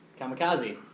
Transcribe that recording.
kamikaze